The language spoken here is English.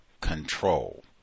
control